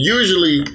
usually